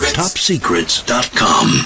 topsecrets.com